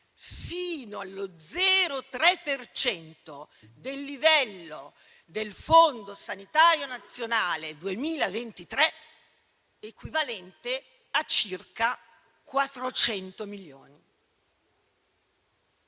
fino allo 0,3 per cento del livello del Fondo sanitario nazionale 2023, equivalente a circa 400 milioni.